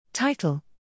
Title